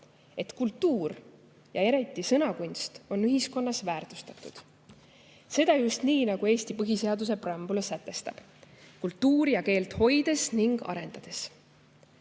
et kultuur ja eriti sõnakunst on ühiskonnas väärtustatud, seda just nii nagu Eesti põhiseaduse preambul sätestab – kultuuri ja keelt hoides ning arendades.